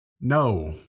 No